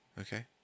Okay